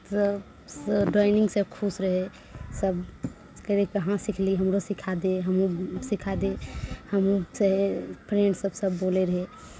सब पूरा ड्राइंगसँ खुश रहै सब कहै रहै कहाँ सिखली हमरो सिखा दे हमरो सिखा दे हमहूँ सहे फ्रेण्डसब सब बोलै रहै